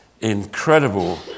incredible